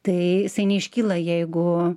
tai jisai neiškyla jeigu